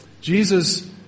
Jesus